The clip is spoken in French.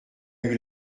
eue